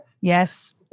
Yes